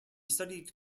studied